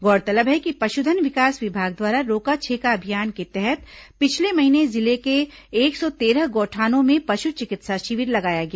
गौरतलब है कि पशुधन विकास विभाग द्वारा रोका छेका अभियान के तहत पिछले महीने जिले के एक सौ तेरह गौठानों में पशु चिकित्सा शिविर लगाया गया